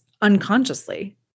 unconsciously